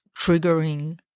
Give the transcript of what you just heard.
triggering